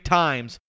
times